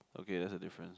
okay that's the difference